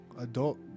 adult